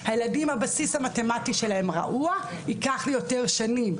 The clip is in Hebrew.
הבסיס המתמטי של הילדים רעוע ייקח לי יותר שנים.